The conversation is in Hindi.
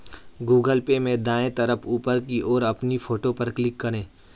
गूगल पे में दाएं तरफ ऊपर की ओर अपनी फोटो पर क्लिक करें